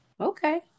Okay